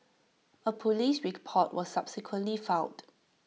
A Police report was subsequently filed